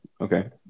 Okay